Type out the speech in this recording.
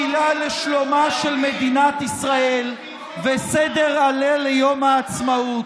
תפילה לשלומה של מדינת ישראל וסדר הלל ליום העצמאות.